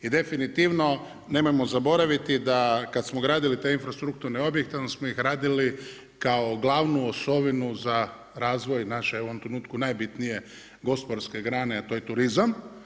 I definitivno nemojmo zaboraviti da kada smo gradili te infrastrukturne objekte, onda smo ih radili kao glavnu osovinu za razvoj, naše, u ovom trenutku, najbitnije gospodarske grane, a to je turizam.